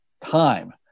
time